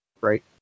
right